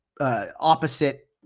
opposite